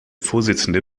vorsitzende